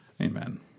Amen